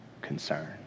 concern